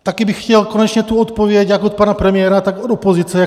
Také bych chtěl konečně odpověď jak od pana premiéra, tak od opozice.